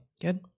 good